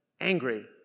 angry